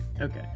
Okay